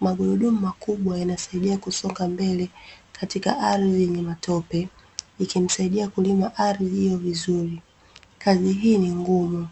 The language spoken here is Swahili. magurudumu makubwa yanasaidia kusonga mbele katika ardhi yenye matope ikimsaidia kulima ardhi vizuri kazi hii ni ngumu.